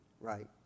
right